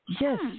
Yes